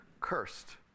cursed